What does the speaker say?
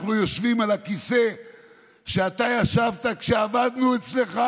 אנחנו יושבים על הכיסא שאתה ישבת עליו כשעבדנו אצלך.